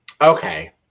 Okay